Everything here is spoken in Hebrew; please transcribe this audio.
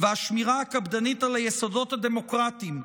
והשמירה הקפדנית על היסודות הדמוקרטיים,